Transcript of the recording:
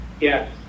Yes